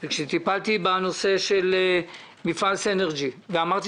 וכאשר טיפלתי בנושא של מפעל סינרג'י ואמרתי